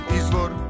izvor